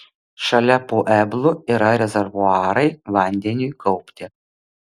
šalia pueblų yra rezervuarai vandeniui kaupti